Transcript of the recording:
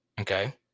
okay